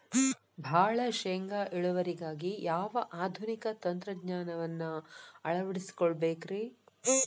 ಭಾಳ ಶೇಂಗಾ ಇಳುವರಿಗಾಗಿ ಯಾವ ಆಧುನಿಕ ತಂತ್ರಜ್ಞಾನವನ್ನ ಅಳವಡಿಸಿಕೊಳ್ಳಬೇಕರೇ?